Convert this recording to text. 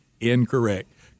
incorrect